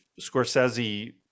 Scorsese